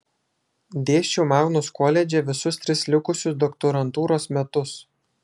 dėsčiau magnus koledže visus tris likusius doktorantūros metus